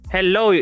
Hello